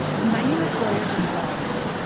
my name is gloria gonzales.